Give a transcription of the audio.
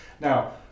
Now